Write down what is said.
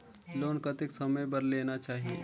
Loan कतेक समय बर लेना चाही?